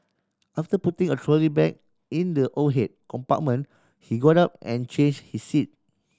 after putting a trolley bag in the overhead compartment he got up and change his seat